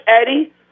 Eddie